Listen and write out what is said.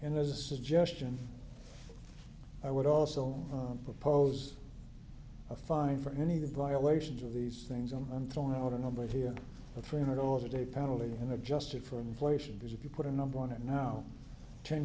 and there's a suggestion i would also on propose a fine for many of the violations of these things on them throwing out a number here for three hundred dollars a day penalty and adjusted for inflation because if you put a number on it now ten